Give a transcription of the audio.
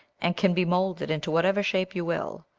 and can be moulded into whatever shape you will.